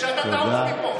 כשאתה תעוף מפה.